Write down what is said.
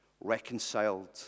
reconciled